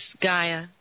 Gaia